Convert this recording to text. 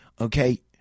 okay